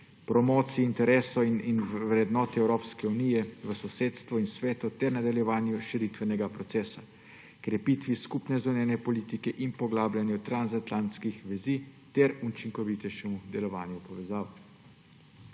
promociji interesov in vrednot Evropske unije v sosedstvu in svetu ter nadaljevanju širitvenega procesa; krepitvi skupne zunanje politike in poglabljanju transatlantskih vezi ter učinkovitejšemu delovanju povezav.